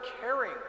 caring